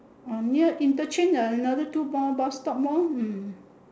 ah near interchange another two more bus stop more hmm